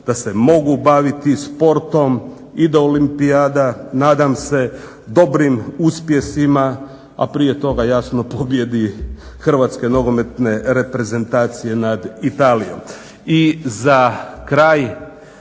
da se mogu baviti sportom i da Olimpijada nadam se dobrim uspjesima, a prije toga jasno Hrvatska pobjedi Hrvatske nogometne reprezentacije nad Italijom. I za kraj,